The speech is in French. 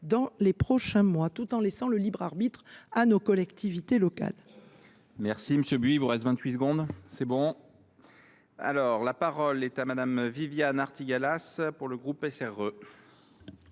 dans les prochains mois, tout en respectant le libre arbitre des collectivités locales.